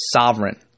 sovereign